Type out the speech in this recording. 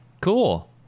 Cool